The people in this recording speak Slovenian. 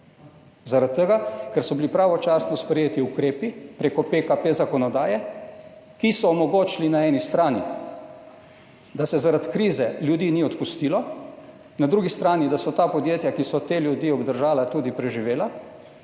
Zaradi tega, ker so bili pravočasno sprejeti ukrepi prek zakonodaje PKP, ki so omogočili na eni strani, da se zaradi krize ljudi ni odpustilo, na drugi strani, da so ta podjetja, ki so te ljudi obdržala, tudi preživela,